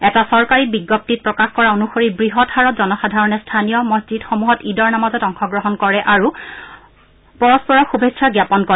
এটা চৰকাৰী বিজ্ঞপ্তিত প্ৰকাশ কৰা অনুসৰি বৃহৎ হাৰত জনসাধাৰণে স্থানীয় মছজিদসমূহত ঈদৰ নামাজত অংশগ্ৰহণ কৰে আৰু পৰস্পৰক শুভেচ্ছা জ্ঞাপন কৰে